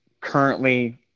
currently